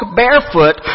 barefoot